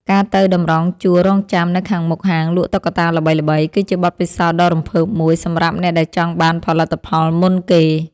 ការទៅតម្រង់ជួររង់ចាំនៅខាងមុខហាងលក់តុក្កតាល្បីៗ គឺជាបទពិសោធន៍ដ៏រំភើបមួយសម្រាប់អ្នកដែលចង់បានផលិតផលមុនគេ។